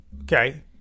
Okay